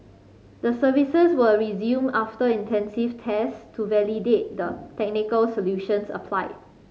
the services were resumed after intensive test to validate the technical solutions applied